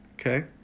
okay